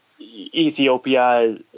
Ethiopia